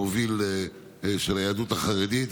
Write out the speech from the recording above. המוביל של היהדות החרדית,